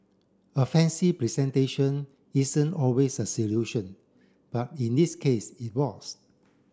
a fancy presentation isn't always a solution but in this case it was